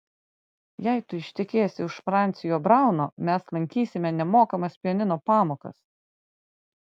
jei tu ištekėsi už francio brauno mes lankysime nemokamas pianino pamokas